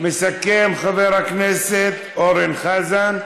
מסכם, חבר הכנסת אורן חזן.